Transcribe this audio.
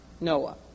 Noah